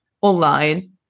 online